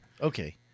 Okay